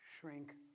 shrink